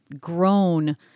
grown